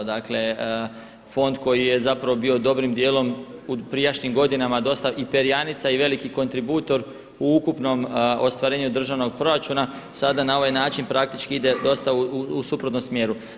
Dakle fond koji je bio dobrim dijelom u prijašnjim godinama dosta i perjanica i veliki kontributor u ukupnom ostvarenju državnog proračuna sada na ovaj način praktički ide dosta u suprotnom smjeru.